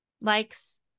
likes